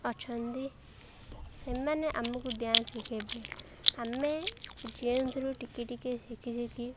ଅଛନ୍ତି ସେମାନେ ଆମକୁ ଡ୍ୟାନ୍ସ ଶିଖେଇବେ ଆମେ ଯେଉଁଥିରୁ ଟିକେ ଟିକେ ଶିଖି ଶିଖି